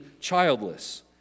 childless